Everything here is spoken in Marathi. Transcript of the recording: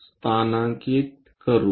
स्थानांकित करू